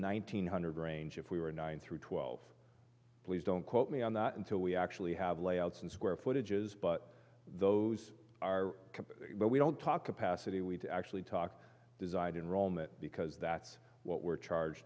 nine hundred range if we were nine through twelve please don't quote me on that until we actually have layouts and square footage is but those are what we don't talk to passively we do actually talk designed enrollment because that's what we're charge